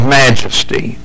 majesty